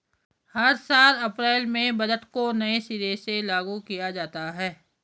हर साल अप्रैल में बजट को नये सिरे से लागू किया जाता है